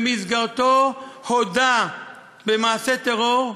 שבמסגרתו הודה במעשה טרור,